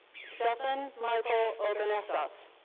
stefan michael oganesoff